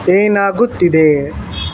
ಏನಾಗುತ್ತಿದೆ